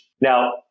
Now